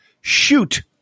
shoot